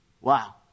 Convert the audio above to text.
Wow